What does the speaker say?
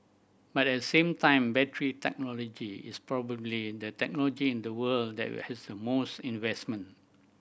but at the same time battery technology is probably the technology in the world that will has the most investment